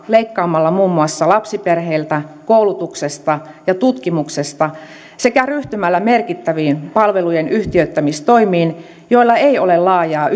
leikkaamalla muun muassa lapsiperheiltä koulutuksesta ja tutkimuksesta sekä ryhtymällä merkittäviin palvelujen yhtiöittämistoimiin joilla ei ole laajaa